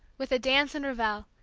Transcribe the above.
with a dance and revel,